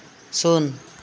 ᱥᱩᱱ